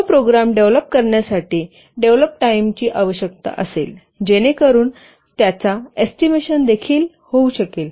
तो program develop करण्यासाठी develop टाईमची आवश्यकता असेल जेणेकरून त्याचा एस्टिमेशन देखील येऊ शकेल